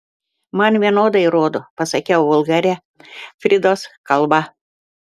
man vienodai rodo pasakiau vulgaria fridos kalba